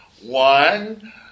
one